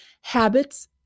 habits